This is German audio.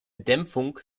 dämpfung